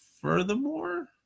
furthermore